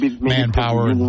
manpower